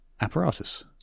apparatus